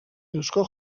eusko